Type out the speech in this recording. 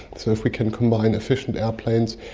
so if we can combine efficient airplanes,